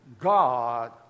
God